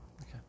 Okay